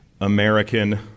American